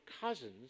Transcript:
cousins